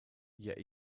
yet